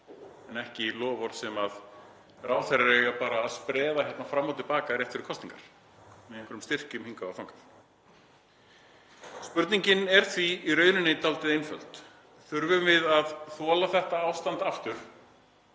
en ekki að vera loforð sem ráðherrar eiga bara að spreða hér fram og til baka rétt fyrir kosningar með einhverjum styrkjum hingað og þangað. Spurningin er því í rauninni dálítið einföld: Þurfum við að þola þetta ástand aftur